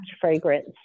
fragrance